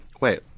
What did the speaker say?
Wait